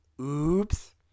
Oops